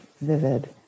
vivid